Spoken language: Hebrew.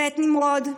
ואת נמרוד,